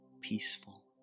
peaceful